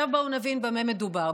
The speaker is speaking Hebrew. עכשיו, בואו נבין במה מדובר.